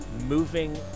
moving